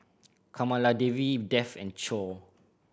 Kamaladevi Dev and Choor